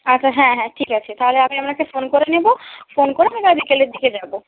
আচ্ছা হ্যাঁ হ্যাঁ ঠিক আছে তাহলে আমি আপনাকে ফোন করে নেবো ফোন করে আমি না হয় বিকেলের দিকে যাব